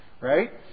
right